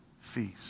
feast